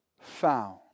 found